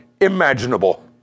imaginable